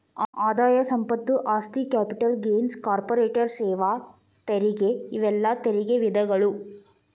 ಆದಾಯ ಸಂಪತ್ತು ಆಸ್ತಿ ಕ್ಯಾಪಿಟಲ್ ಗೇನ್ಸ್ ಕಾರ್ಪೊರೇಟ್ ಸೇವಾ ತೆರಿಗೆ ಇವೆಲ್ಲಾ ತೆರಿಗೆ ವಿಧಗಳು